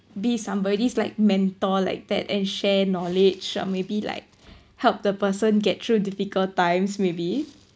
be somebody's like mentor like that and share knowledge or maybe like help the person get through difficult times maybe